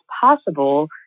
possible